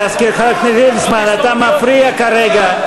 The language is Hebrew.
חבר הכנסת ליצמן, אתה מפריע כרגע.